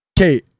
Okay